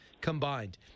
combined